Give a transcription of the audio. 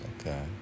Okay